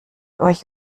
euch